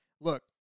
look